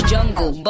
Jungle